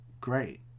great